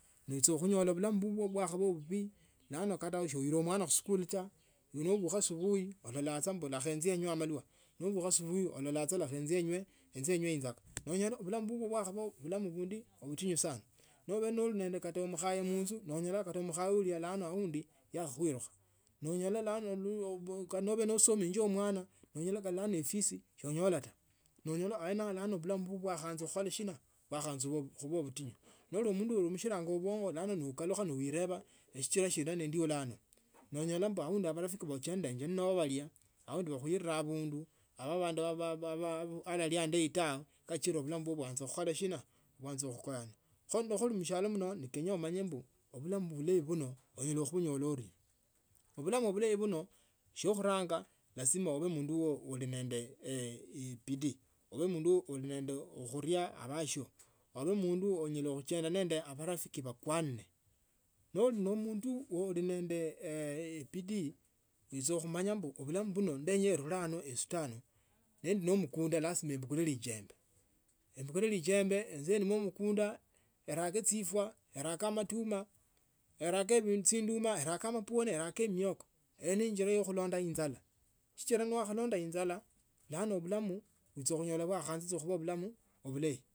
Wicha khunyola bulamu bubwo bwakaba bubj bulano wicha khuila mwana khusikali faa nobukha asubuhi olola sana lesha enjie enywe amalwa nobukhu asubuhi olola saa lekha enjie enywe enjava nonyola bulamu bubwo bwakabaa obulamu butinya sana nobe keita ne mukhae munzau nonyola hata mukhaye aundi yakhakhuliva nonyola kata nobe nosemesie mwana nonyola bulano efisi so onyola taa nonyola aene ao bulamu bwakhaanza khuba shina bwakhaanza khuba butinya noli mundu unemoshila bongo lano no ilicha uiriba eachila sina nindiola ano nonyola aundi marafiki wo ehendenge nabo balia aundi bakhuile abandu balali alayi atawe kachila obulamu bubwo baanza khukoyana kho mushialo mno kenya umanye mbuibulamu bune unyala kianyora urie obulamu bulayi buno shiokhunanga lazima ube mundu ule nende bidii ube mundu uli ninde khuria abasio ube mundu unyala khuchenda na marafiki bwakamile no linyala khuchenda na marafiki bwakamile no oli ne mundu uli nende bidii wicha khumanga mbu bulamu buno kenya erale ano nesute and nendi ne mukunda lazima embukule lyembe embukule lyembe enjie ndime mukunda erake amapwone erase mioko ryo ni injira ya khulonda inyala sichila newakhalonda inyala bulano bulamu wicha khunyola bulano bulamu buloyi.